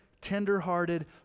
tenderhearted